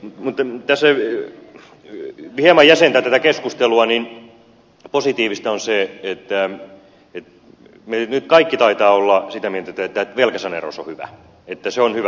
jos tässä hieman jäsentää tätä keskustelua niin positiivista on se että nyt kaikki taitavat olla sitä mieltä että velkasaneeraus on hyvä että se on hyvä